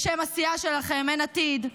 בשם הסיעה שלכם, אין עתיד: